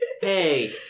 Hey